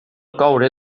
coure